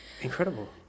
Incredible